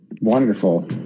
wonderful